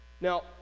Now